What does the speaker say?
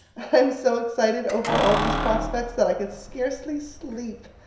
i am so excited over all these prospects that i can scarcely sleep.